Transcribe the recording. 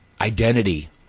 Identity